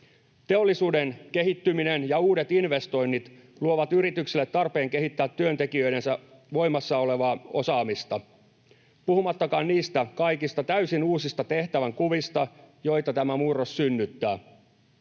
Teollisuuden kehittyminen ja uudet investoinnit luovat yrityksille tarpeen kehittää työntekijöidensä voimassa olevaa osaamista puhumattakaan niistä kaikista täysin uusista tehtävänkuvista, joita tämä murros synnyttää.